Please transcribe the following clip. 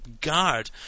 guard